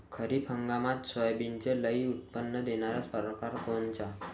खरीप हंगामात सोयाबीनचे लई उत्पन्न देणारा परकार कोनचा?